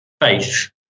faith